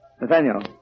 Nathaniel